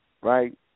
right